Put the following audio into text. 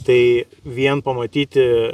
tai vien pamatyti